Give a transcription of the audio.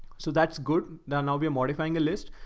so that's good. now we're modifying a list.